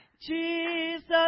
Jesus